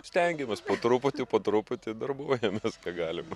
stengiamės po truputį po truputį darbuojamės ką galima